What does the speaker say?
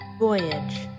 Voyage